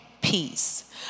peace